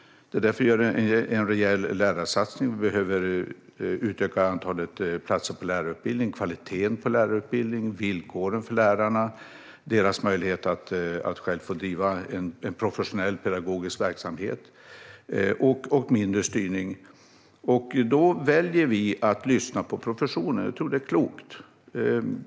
Det är därför vi gör en rejäl lärarsatsning. Vi behöver utöka antalet platser på lärarutbildningen, höja kvaliteten på lärarutbildningen, förbättra villkoren för lärarna och deras möjlighet att själva få driva en professionell pedagogisk verksamhet, och vi behöver mindre styrning. Då väljer vi att lyssna på professionen. Jag tror att det är klokt.